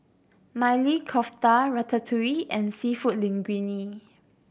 Maili Kofta Ratatouille and Seafood Linguine